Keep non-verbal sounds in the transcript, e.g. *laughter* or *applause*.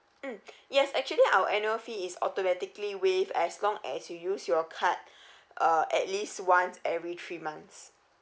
mm *breath* yes actually our annual fee is automatically waived as long as you use your card *breath* uh at least once every three months